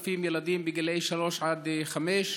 ל-5,000 ילדים בגיל שלוש עד חמש.